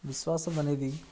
విశ్వాసం అనేది